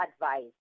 advice